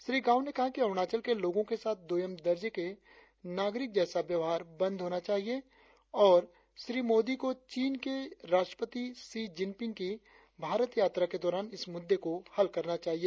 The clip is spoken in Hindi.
श्री गाव ने कहा कि अरुणाचल के लोगों के साथ दोयम दर्जे के नागरिक जैसा व्यवहार बंद होना चाहिए और श्री मोदी को चीन के राष्ट्रपति शी जिनपिंग की भारत यात्रा के दौरान इस मुद्दे को हल करना चाहिए